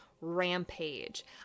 rampage